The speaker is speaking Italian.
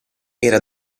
era